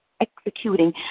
executing